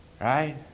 right